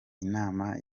inama